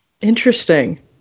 Interesting